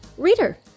Reader